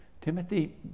Timothy